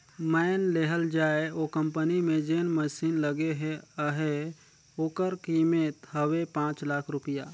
माएन लेहल जाए ओ कंपनी में जेन मसीन लगे ले अहे ओकर कीमेत हवे पाच लाख रूपिया